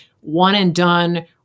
one-and-done